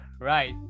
Right